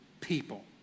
people